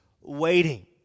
waiting